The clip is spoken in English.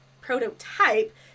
prototype